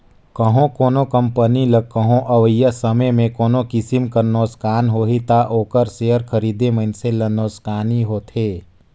कहों कोनो कंपनी ल कहों अवइया समे में कोनो किसिम कर नोसकान होही ता ओकर सेयर खरीदे मइनसे ल नोसकानी होथे